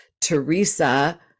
Teresa